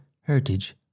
Heritage